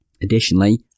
Additionally